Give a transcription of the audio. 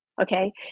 okay